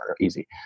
easy